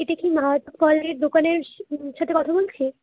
এটা কি ফলের দোকানের সাথে কথা বলছি